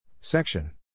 Section